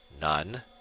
None